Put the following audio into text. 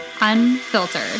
unfiltered